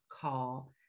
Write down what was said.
call